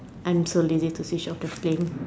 I'm so lazy to Switch off the flame